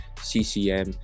ccm